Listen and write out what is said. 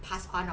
passed on or